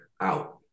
out